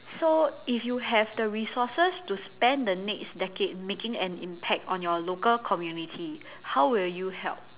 so if you have the resources to spend the next decade making an impact on your local community how will you help